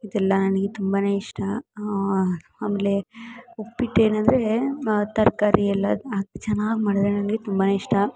ಇದೆಲ್ಲ ನನಗೆ ತುಂಬಾ ಇಷ್ಟ ಆಮೇಲೆ ಉಪ್ಪಿಟ್ ಏನೆಂದ್ರೆ ತರಕಾರಿಯೆಲ್ಲ ಹಾಕ್ ಚೆನ್ನಾಗಿ ಮಾಡಿದ್ರೆ ನನಗೆ ತುಂಬಾ ಇಷ್ಟ